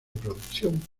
producción